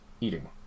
eating